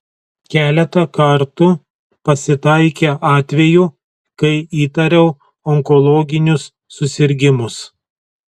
keletą kartų pasitaikė atvejų kai įtariau onkologinius susirgimus